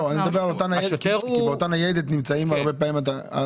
השוטר מהמשטרה והפקח --- לא,